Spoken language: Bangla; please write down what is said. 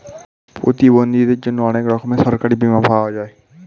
প্রতিবন্ধীদের জন্যে অনেক রকমের সরকারি বীমা পাওয়া যায়